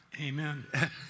Amen